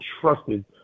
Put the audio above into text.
trusted